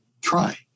try